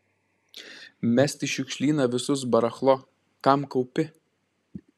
mest į šiukšlyną visus barachlo kam kaupi